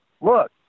Look